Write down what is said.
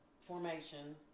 formation